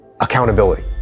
accountability